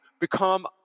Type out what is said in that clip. become